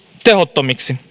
tehottomiksi